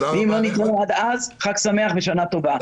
חג שמח ושנה טובה.